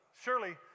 Surely